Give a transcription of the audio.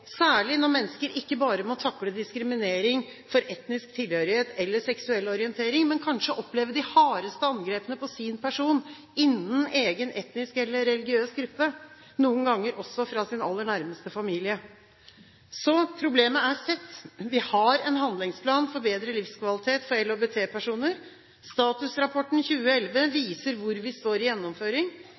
særlig når mennesker ikke bare må takle diskriminering for etnisk tilhørighet eller seksuell orientering, men kanskje opplever de hardeste angrepene på sin person innen egen etnisk eller religiøs gruppe, noen ganger også fra sin aller nærmeste familie. Problemet er sett. Vi har en handlingsplan for bedre livskvalitet for LHBT-personer. Statusrapporten 2011 viser hvor vi står i gjennomføring.